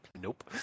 Nope